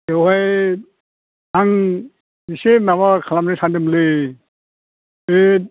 बेवहाय आं एसे माबा खालामनो सानदोंमोनलै बे